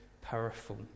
powerful